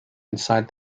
inside